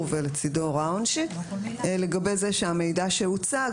ולצידו הוראה עונשית לגבי זה שהמידע שהוצג,